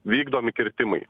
vykdomi kirtimai